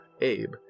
Abe